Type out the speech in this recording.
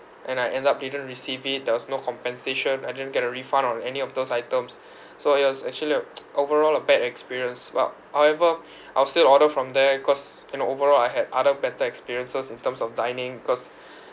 and I end up didn't receive it there was no compensation I didn't get a refund on any of those items so it was actually a overall a bad experience but however I'll still order from there cause you know overall I had other better experiences in terms of dining because